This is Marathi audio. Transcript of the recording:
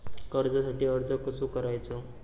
कर्जासाठी अर्ज कसो करायचो?